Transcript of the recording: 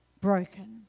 broken